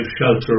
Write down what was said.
shelter